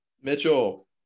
Mitchell